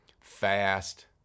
fast